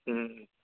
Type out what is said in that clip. ꯎꯝ